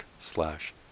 slash